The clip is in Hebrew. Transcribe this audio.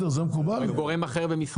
או עם גורם אחר במשרד הפנים.